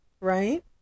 right